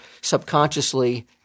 subconsciously